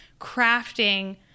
crafting